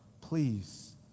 please